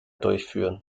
durchführen